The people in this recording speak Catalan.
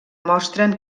mostren